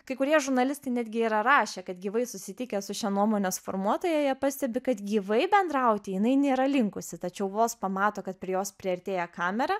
kai kurie žurnalistai netgi yra rašę kad gyvai susitikę su šia nuomonės formuotoja jie pastebi kad gyvai bendrauti jinai nėra linkusi tačiau vos pamato kad prie jos priartėja kamera